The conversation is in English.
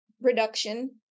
reduction